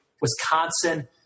Wisconsin